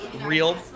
real